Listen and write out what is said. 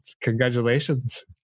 congratulations